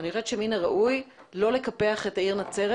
אני חושבת שמן הראוי לא לקפח את העיר נצרת